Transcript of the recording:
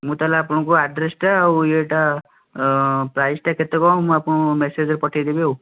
ମୁଁ ତା'ହେଲେ ଆପଣଙ୍କୁ ଆଡ୍ରେସଟା ଆଉ ଇଏଟା ପ୍ରାଇସଟା କେତେ କ'ଣ ମୁଁ ଆପଣଙ୍କୁ ମେସେଜରେ ପଠାଇ ଦେବି ଆଉ